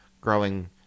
growing